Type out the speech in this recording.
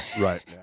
Right